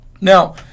Now